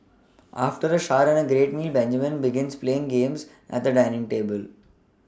after a shower and a meal Benjamin begins playing games at the dining table